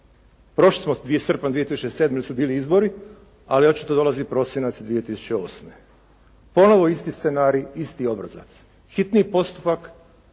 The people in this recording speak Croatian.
Prošli smo srpanj 2007. jer su bili izbori, ali očito dolazi prosinac 2008. Ponovo isti scenarij, isti obrazac, hitni je postupak